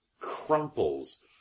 crumples